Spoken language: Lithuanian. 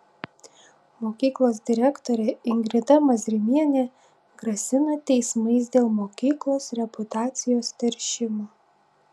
mokyklos direktorė ingrida mazrimienė grasina teismais dėl mokyklos reputacijos teršimo